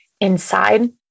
inside